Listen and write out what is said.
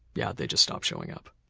yeah they just stopped showing up.